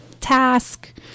task